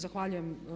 Zahvaljujem.